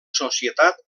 societat